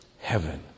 heaven